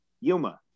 Yuma